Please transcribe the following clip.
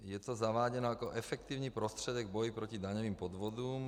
Je to zaváděno jako efektivní prostředek v boji proti daňovým podvodům.